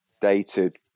dated